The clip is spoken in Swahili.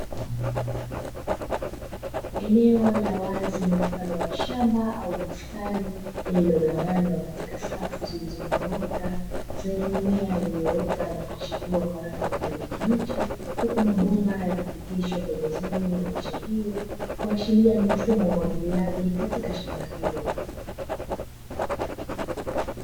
Eneo la wazi mfano wa shamba au bustani lililogawanywa katika safu, zilizonyooka zenye mimea iliyoota na kuchepua kwa rangi ya kijani kibichi, huku mabomba yakipitishwa pembezoni mwamiche hio kuashiria ni mfumo wa umwagiliaji katika shamba hilo.